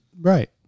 Right